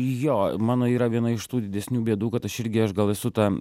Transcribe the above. jo mano yra viena iš tų didesnių bėdų kad aš irgi aš gal esu ta